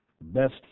best